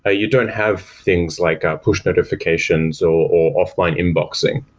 ah you don't have things like push notifications or offline inboxing.